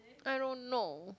I don't know